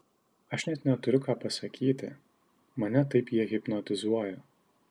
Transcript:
aš net neturiu ką pasakyti mane taip jie hipnotizuoja